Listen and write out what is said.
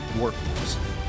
workforce